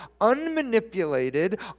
unmanipulated